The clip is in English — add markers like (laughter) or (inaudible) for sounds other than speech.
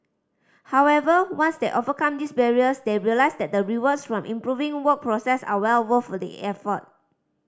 however once they overcome these barriers they realise that the rewards from improving work process are well worth (unintelligible) the effort